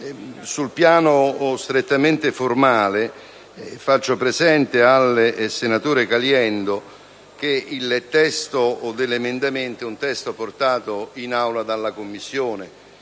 sul piano strettamente formale faccio presente al senatore Caliendo che il testo dell'emendamento è stato portato in Aula dalla Commissione,